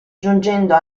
giungendo